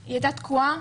היא הייתה תקועה